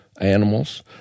animals